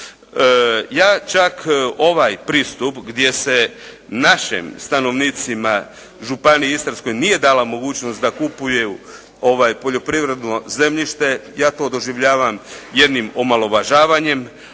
Ja čak ovaj pristup gdje se našim stanovnicima u županiji Istarskoj nije dala mogućnost da kupuju poljoprivredno zemljište, ja to doživljavam jednim omalovažavanjem,